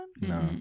No